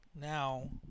Now